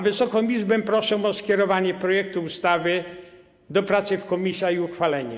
Wysoką Izbę proszę o skierowanie projektu ustawy do pracy w komisjach i uchwalenie.